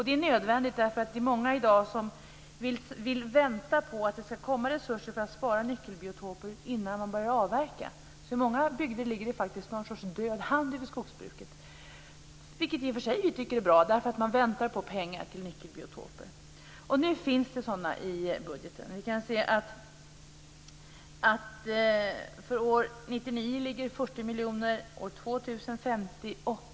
Det är nödvändigt, för det är många i dag som vill vänta på att det skall komma resurser för att spara nyckelbiotoper innan man börjar avverka. I många bygder ligger det alltså faktiskt någon sorts död hand över skogsbruket - vilket vi i och för sig tycker är bra - för att man väntar på pengar till nyckelbiotoper. Nu finns det sådana i budgeten. Vi kan se att det för år 1999 ligger 40 miljoner. År 2000 ligger det 50 miljoner.